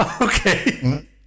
Okay